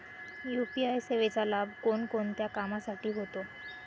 UPI सेवेचा लाभ कोणकोणत्या कामासाठी होतो?